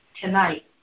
tonight